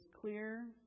clear